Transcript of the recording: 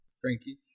Frankie